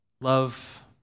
love